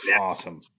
awesome